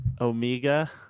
Omega